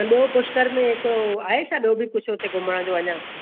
ॿियो पुष्कर में हिकु हू आहे छा ॿियो बि कुझु हुते घुमण जो अञा